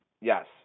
yes